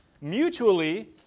mutually